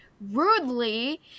rudely